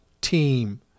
team